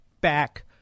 back